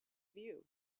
view